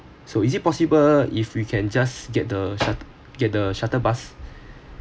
so is it possible if we can just get the shut~ get the shuttle bus